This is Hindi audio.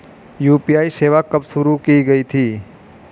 यू.पी.आई सेवा कब शुरू की गई थी?